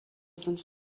sind